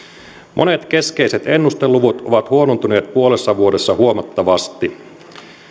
monet keskeiset ennusteluvut ovat huonontuneet puolessa vuodessa huomattavasti